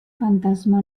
fantasma